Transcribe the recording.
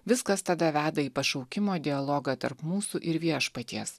viskas tada veda į pašaukimo dialogą tarp mūsų ir viešpaties